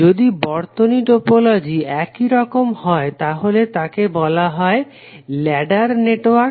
যদি বর্তনী টোপোলজি এইরকম হয় তাহলে তাকে বলা হয় ল্যাডার নেটওয়ার্ক